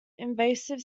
invasive